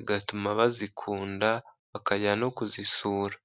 igatuma bazikunda, bakajya no kuzisura.